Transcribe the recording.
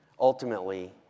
ultimately